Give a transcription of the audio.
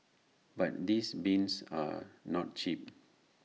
but these bins are not cheap